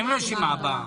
אין רשימה הבאה.